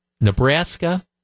Nebraska